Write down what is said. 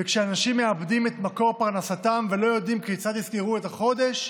וכשאנשים מאבדים את מקור פרנסתם ולא יודעים כיצד יסגרו את החודש,